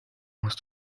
muss